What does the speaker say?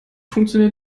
funktionieren